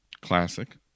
Classic